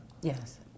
Yes